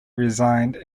resigned